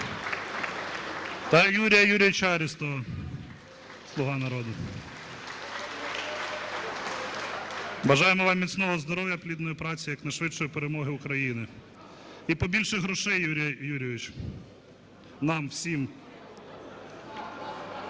та Юрія Юрійовича Арістова, "Слуга народу". (Оплески) Бажаємо вам міцного здоров'я, плідної праці, як найшвидшої перемоги України. І побільше грошей, Юрій Юрійович, нам всім.